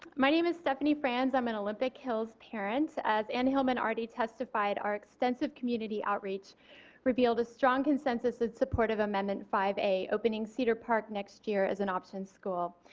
my names is stephanie fransi am an olympic hills parent as and hellman already testified our extensive community outreach revealed a strong consensus in support of amendment five a opening cedar park next year as an option school.